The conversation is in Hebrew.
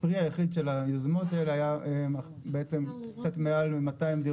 הפרי היחיד של היוזמות האלה היה קצת יותר מ-200 דירות.